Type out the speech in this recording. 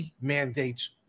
mandates